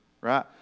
right